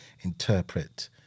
interpret